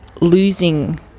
losing